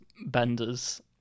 benders